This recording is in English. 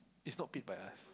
is not paid by us